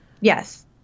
Yes